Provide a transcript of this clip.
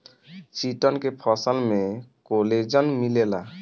chitin के फसल में कोलेजन मिलेला